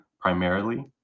primarily